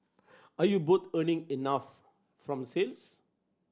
are you both earning enough from sales